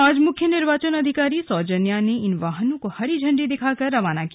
आज मुख्य निर्वाचन अधिकारी सौजन्या ने इन वाहनों को हरी इंडी दिखाकर रवाना किया